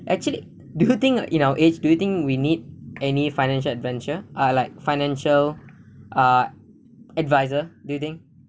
actually do you think in our age do you think we need any financial adventure ah like financial ah adviser do you think